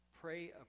Pray